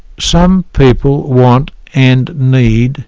some people want and need